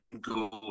good